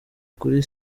kuri